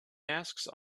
asks